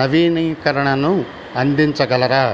నవీకరణను అందించగలరా